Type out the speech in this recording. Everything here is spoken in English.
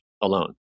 alone